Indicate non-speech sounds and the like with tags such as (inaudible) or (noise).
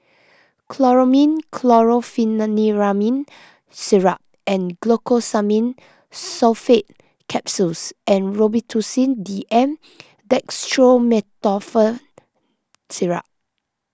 (noise) Chlormine Chlorpheniramine Syrup and Glucosamine Sulfate Capsules and Robitussin D M Dextromethorphan Syrup